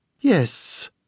Yes